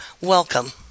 Welcome